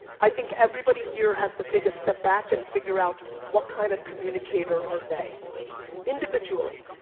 i think everybody here has to take a step back and figure out what kind of communicator are they individually.